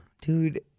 dude